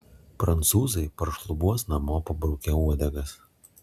prancūzai paršlubuos namo pabrukę uodegas